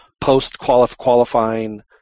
post-qualifying